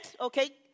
Okay